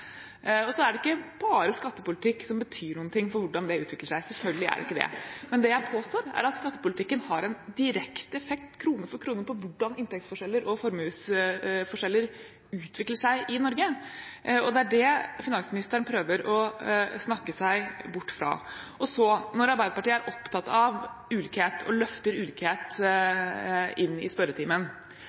Og så er det ikke bare skattepolitikk som betyr noe for hvordan det utvikler seg – selvfølgelig er det ikke det – det jeg påstår, er at skattepolitikken har en direkte effekt, krone for krone, på hvordan inntektsforskjeller og formuesforskjeller utvikler seg i Norge. Det er det finansministeren prøver å snakke seg bort fra. Når Arbeiderpartiet er opptatt av ulikhet og løfter ulikhet inn i spørretimen,